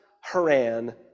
Haran